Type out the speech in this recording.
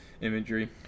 Imagery